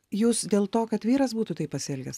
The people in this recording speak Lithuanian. jūs dėl to kad vyras būtų taip pasielgęs